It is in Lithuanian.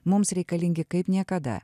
mums reikalingi kaip niekada